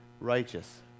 righteous